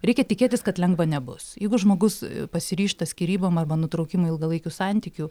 reikia tikėtis kad lengva nebus jeigu žmogus pasiryžta skyrybom arba nutraukimui ilgalaikių santykių